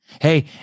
Hey